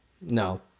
No